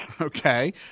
Okay